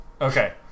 okay